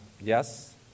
yes